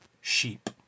sheep